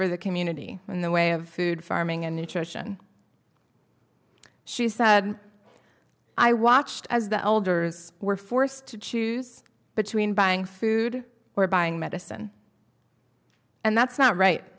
for the community in the way of food farming and nutrition she said i watched as the elders were forced to choose between buying food or buying medicine and that's not right